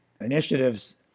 initiatives